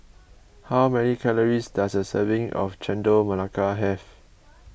how many calories does a serving of Chendol Melaka have